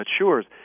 matures